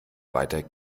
weiter